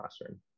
classroom